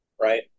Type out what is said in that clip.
right